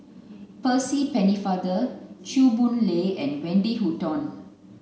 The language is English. Percy Pennefather Chew Boon Lay and Wendy Hutton